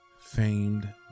famed